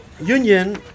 union